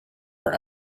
for